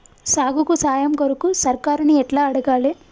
సాగుకు సాయం కొరకు సర్కారుని ఎట్ల అడగాలే?